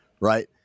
right